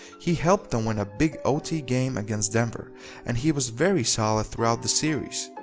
he helped them win a big ot game against denver and he was very solid throughout the series.